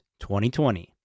2020